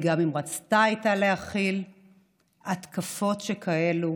גם אם רצתה להכיל התקפות שכאלה,